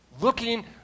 Looking